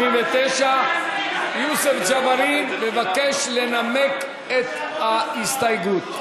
79, יוסף ג'בארין מבקש לנמק את ההסתייגות.